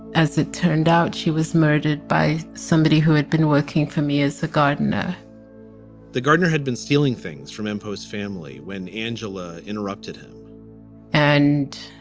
as it turned out, she was murdered by somebody who had been working for me as a gardener the gardener had been stealing things from imposed family when angela interrupted and